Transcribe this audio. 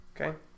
Okay